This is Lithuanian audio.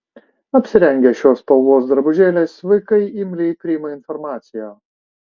apsirengę šios spalvos drabužėliais vaikai imliai priima informaciją